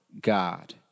God